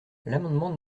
l’amendement